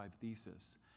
thesis